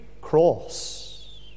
cross